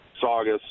Saugus